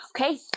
okay